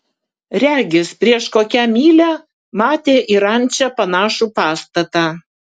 regis prieš kokią mylią matė į rančą panašų pastatą